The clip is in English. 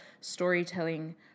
storytelling